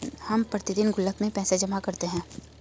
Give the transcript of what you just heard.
हम प्रतिदिन गुल्लक में पैसे जमा करते है